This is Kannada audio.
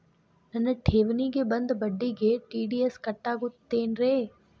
ನನ್ನ ಠೇವಣಿಗೆ ಬಂದ ಬಡ್ಡಿಗೆ ಟಿ.ಡಿ.ಎಸ್ ಕಟ್ಟಾಗುತ್ತೇನ್ರೇ?